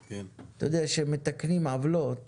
אתה יודע, כשמתקנים עוולות